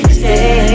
stay